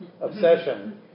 obsession